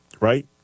right